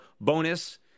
bonus